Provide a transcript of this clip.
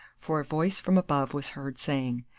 for a voice from above was heard, saying,